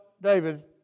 David